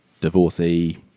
divorcee